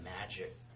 magic